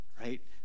right